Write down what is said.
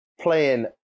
playing